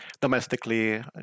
domestically